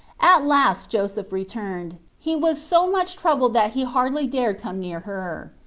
at last joseph returned he was so much troubled that he hardly dare come near her.